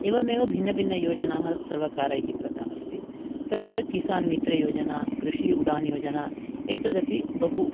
एवमेव भिन्नभिन्नयोजनाः सर्वकारैः कृता अस्ति तत्र किसान् मित्रयोजना कृषि उडान् योजन एतदपि बहु